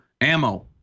ammo